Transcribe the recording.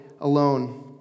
alone